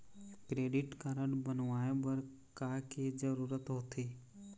Credit card बनवाए बर का के जरूरत होते?